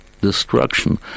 destruction